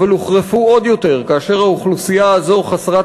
אבל הוחרפו עוד יותר כאשר האוכלוסייה הזאת חסרת